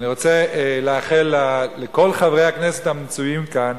אני רוצה לאחל לכל חברי הכנסת המצויים כאן,